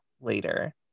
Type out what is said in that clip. later